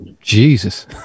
Jesus